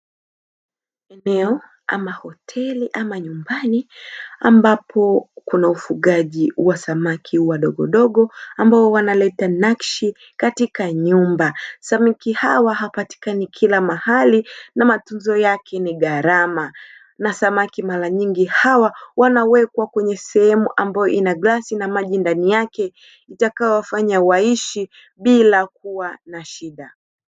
Eneo ama hoteli ama nyumbani, ambapo kuna ufugaji wa samaki wadogodogo ambao wanaleta nakshi katika nyumba. Samaki hawa hawapatikani kila mahali, na matunzo yake ni gharama. Na samaki mara nyingi hawa wanawekwa kwenye sehemu ambayo ina glasi na maji ndani yake, itakayowafanya waishi bila kuwa na shida.